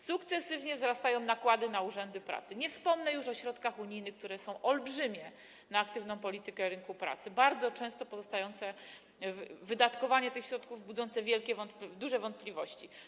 Sukcesywnie wzrastają nakłady na urzędy pracy, nie wspomnę już o środkach unijnych, które są olbrzymie, na aktywną politykę rynku pracy, a bardzo często wydatkowanie tych środków budzi wielkie wątpliwości.